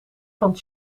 van